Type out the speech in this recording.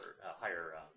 higher